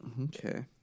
Okay